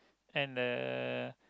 and the